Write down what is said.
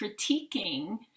critiquing